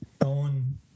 own